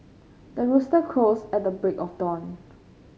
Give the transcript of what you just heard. the rooster crows at the break of dawn